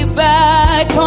back